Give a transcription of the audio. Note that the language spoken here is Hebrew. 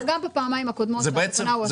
גם בפעמיים הקודמות התקנה --- וזה